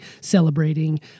Celebrating